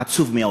עצוב מאוד.